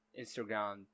Instagram